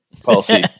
policy